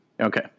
Okay